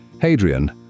Hadrian